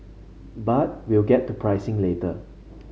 but we'll get to pricing later